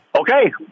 Okay